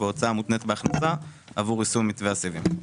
בהוצאה המותנית בהכנסה עבור יישום מתווה הסיבים.